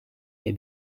may